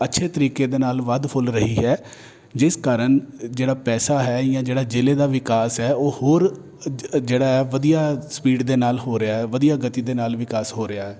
ਅੱਛੇ ਤਰੀਕੇ ਦੇ ਨਾਲ ਵੱਧ ਫੁੱਲ ਰਹੀ ਹੈ ਜਿਸ ਕਾਰਨ ਜਿਹੜਾ ਪੈਸਾ ਹੈ ਜਾਂ ਜਿਹੜਾ ਜਿਲ੍ਹੇ ਦਾ ਵਿਕਾਸ ਹੈ ਉਹ ਹੋਰ ਜ ਜਿਹੜਾ ਹੈ ਵਧੀਆ ਸਪੀਡ ਦੇ ਨਾਲ ਹੋ ਰਿਹਾ ਹੈ ਵਧੀਆ ਗਤੀ ਦੇ ਨਾਲ ਵਿਕਾਸ ਹੋ ਰਿਹਾ ਹੈ